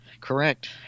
Correct